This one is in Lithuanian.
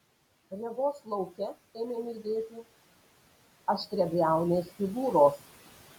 regos lauke ėmė mirgėti aštriabriaunės figūros